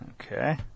Okay